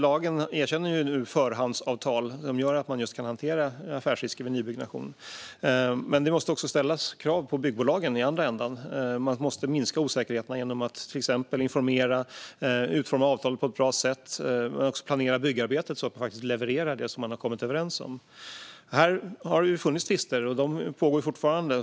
Lagen erkänner nu förhandsavtal som gör att man kan hantera affärsrisker vid nybyggnation. Men det måste också ställas krav på byggbolagen i andra ändan. Man måste minska osäkerheterna genom att till exempel informera, utforma avtalet på ett bra sätt och också planera byggarbetet så att man faktiskt levererar det man har kommit överens om. Här har det funnits tvister. De pågår fortfarande.